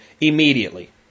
immediately